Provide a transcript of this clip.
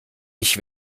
ich